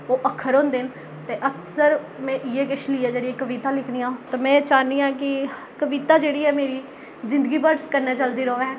ओह् पक्ख होंदे न ते अक्सर में इ'यै किश लेइयै जेह्ड़ी कवितां लिखनी आं ते में चाह्न्नी आं कि कविता जेह्ड़ी ऐ मेरी जिंदगी भर कन्नै चलदी र'वै